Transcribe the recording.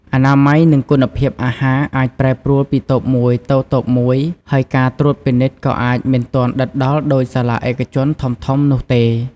អនាម័យនិងគុណភាពអាហារអាចប្រែប្រួលពីតូបមួយទៅតូបមួយហើយការត្រួតពិនិត្យក៏អាចមិនទាន់ដិតដល់ដូចសាលាឯកជនធំៗនោះទេ។